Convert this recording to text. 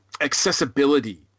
accessibility